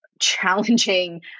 challenging